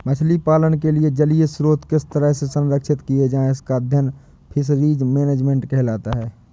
मछली पालन के लिए जलीय स्रोत किस तरह से संरक्षित किए जाएं इसका अध्ययन फिशरीज मैनेजमेंट कहलाता है